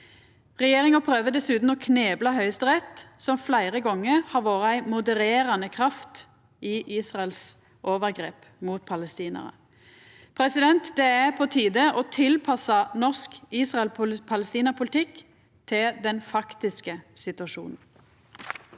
Regjeringa prøver dessutan å knebla høgsterett, som fleire gonger har vore ei modererande kraft mot dei israelske overgrepa mot palestinarar. Det er på tide å tilpassa norsk Israel–Palestina-politikk til den faktiske situasjonen.